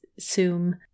Zoom